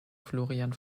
florian